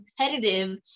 competitive